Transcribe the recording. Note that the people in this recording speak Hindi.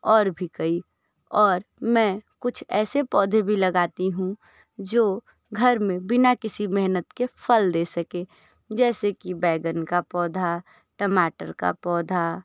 और भी कई और मैं कुछ ऐसे पौधे भी लगाती हूँ जो घर में बिना किसी मेहनत के फल दे सके जैसे की बैगन का पौधा टमाटर का पौधा